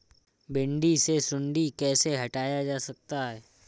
भिंडी से सुंडी कैसे हटाया जा सकता है?